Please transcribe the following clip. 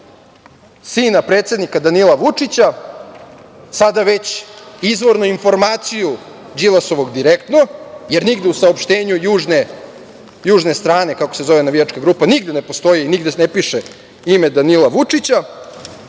sina predsednika, Danila Vučića, sada već izvorno informaciju Đilasovog „Direktno“, jer nigde u saopštenju „Južne strane“, kako se zove navijačka grupa, nigde ne postoji, nigde ne piše ime Danila Vučića. Dakle,